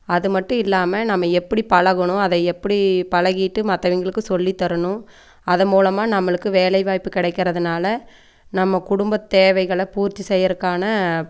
அது மட்டும் இல்லாமல் நாம எப்படி பழகணும் அதை எப்படி பழகிவிட்டு மற்றவங்களுக்கும் சொல்லி தரணும் அது மூலமாக நம்மளுக்கு வேலைவாய்ப்பு கிடைக்கறதுனால நம்ம குடும்ப தேவைகளை பூர்த்தி செய்யறதுக்கான